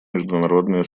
международное